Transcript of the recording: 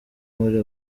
muri